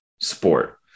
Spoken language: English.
sport